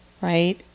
Right